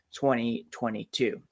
2022